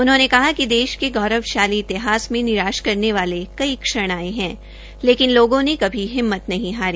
उन्होंने कहा कि देश के गौरवशाली इतिहास में निराश करने वाले कई क्षण आए हैं लेकिन लोगों ने कभी हिम्मत नहीं हारी